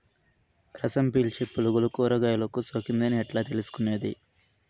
రసం పీల్చే పులుగులు కూరగాయలు కు సోకింది అని ఎట్లా తెలుసుకునేది?